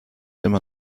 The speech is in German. immer